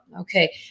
Okay